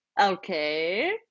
okay